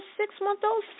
six-month-old